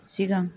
सिगां